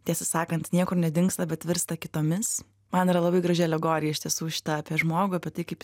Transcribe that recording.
tiesą sakant niekur nedingsta bet virsta kitomis man yra labai graži alegorija iš tiesų šita apie žmogų apie tai kaip